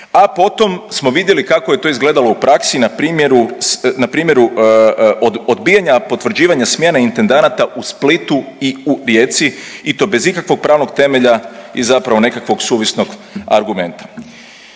a potom smo vidjeli kako je to izgledalo u praksi na primjeru, na primjeru odbijanja potvrđivanja smjene intendanata u Splitu i u Rijeci i to bez ikakvog pravnog temelja i zapravo nekakvog suvisnog argumenta.